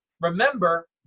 Remember